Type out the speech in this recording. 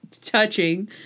touching